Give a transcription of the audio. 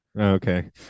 okay